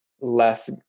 less